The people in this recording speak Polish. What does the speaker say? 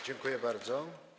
Dziękuję bardzo.